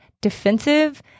defensive